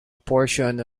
portion